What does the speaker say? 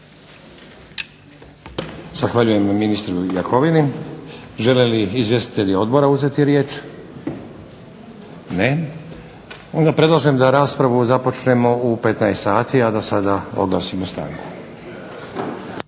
Zahvaljujem ministru Jakovini. Žele li izvjestitelji odbora uzeti riječ? Ne. Onda predlažem da raspravu započnemo u 15,00 sati, a da sada oglasimo stanku.